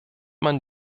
man